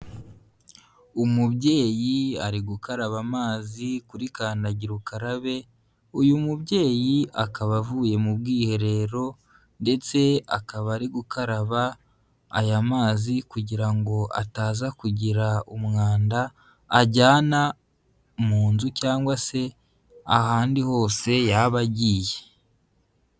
Umubyeyi ari gukaraba amazi kuri kandagira ukarabe, uyu mubyeyi akaba avuye mu bwiherero ndetse akaba ari gukaraba aya mazi kugira ngo ataza kugira umwanda ajyana mu nzu cyangwa se ahandi hose yaba agiye.